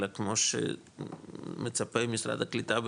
אלא כמו שמצפה ממשרד הקליטה,